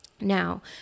Now